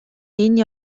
энэ